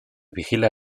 vigila